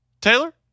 Taylor